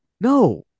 No